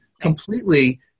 completely